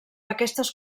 aquestes